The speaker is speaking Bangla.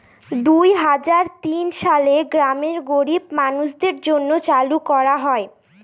দুই হাজার তিন সালে গ্রামের গরীব মানুষদের জন্য চালু করা হয়